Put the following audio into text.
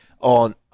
on